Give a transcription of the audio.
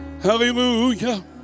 Hallelujah